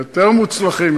אולי היותר-מוצלחים.